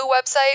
website